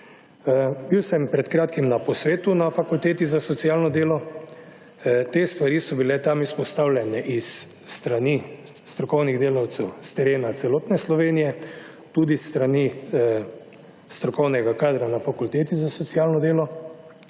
Bil sem pred kratkim na posvetu na Fakulteti za socialno delo. Te stvari so bile tam izpostavljene iz strani strokovnih delavcev, s terena celotne Slovenije, tudi strani strokovnega kadra na fakulteti za socialno delo